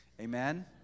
Amen